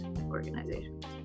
organizations